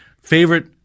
Favorite